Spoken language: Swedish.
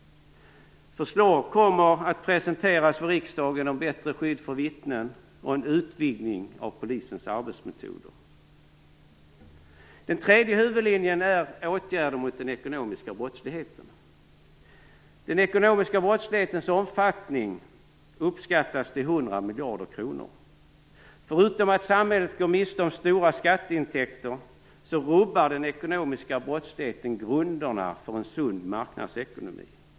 Förslag kommer att presenteras för riksdagen om bättre skydd för vittnen och en utvidgning av polisens arbetsmetoder. Den tredje huvudlinjen är åtgärder mot den ekonomiska brottsligheten. Den ekonomiska brottslighetens omfattning uppskattas till 100 miljarder kronor. Förutom att samhället går miste om stora skatteintäkter rubbar den ekonomiska brottsligheten grunderna för en sund marknadsekonomi.